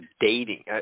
dating